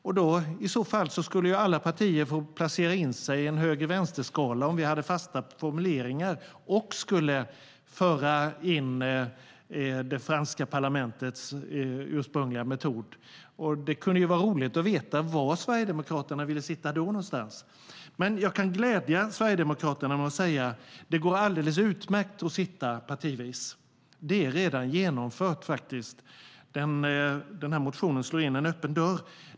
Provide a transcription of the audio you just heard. Om vi hade fasta placeringar skulle alla partier få placera sig i en höger-vänster-skala och skulle föra in det franska parlamentets ursprungliga metod. Det kunde vara roligt att veta var Sverigedemokraterna då skulle vilja sitta någonstans. Men jag kan glädja Sverigedemokraterna med att säga att det går alldeles utmärkt att sitta partivis. Det är faktiskt redan genomfört. Den här motionen slår in en öppen dörr.